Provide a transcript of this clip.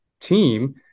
team